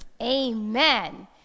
amen